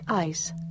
Ice